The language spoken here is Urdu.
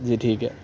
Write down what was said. جی ٹھیک ہے